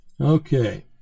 Okay